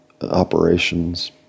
operations